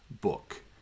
book